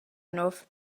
enough